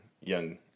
young